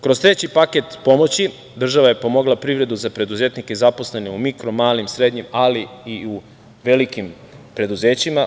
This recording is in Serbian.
Kroz treći paket pomoć država je pomogla privredu za preduzetnike zaposlene u mikro, malim, srednjim ali i u velikim preduzećima.